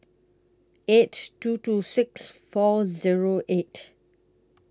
eight two two six four Zero eight